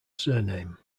surname